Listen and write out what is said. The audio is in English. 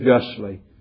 justly